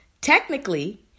Technically